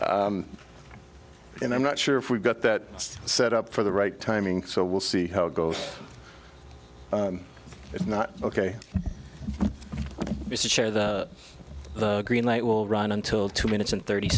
and i'm not sure if we've got that set up for the right timing so we'll see how it goes it's not ok to share the green light will run until two minutes and thirty